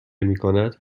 میکند